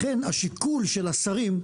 לכן השיקול של השרים,